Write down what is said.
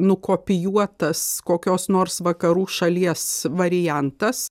nukopijuotas kokios nors vakarų šalies variantas